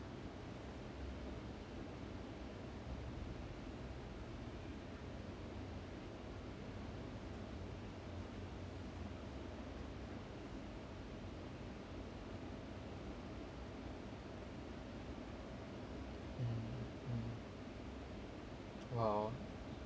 mm mm !wow!